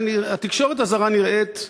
והתקשורת הזרה נראית מטומטמת,